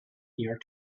here